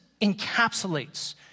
encapsulates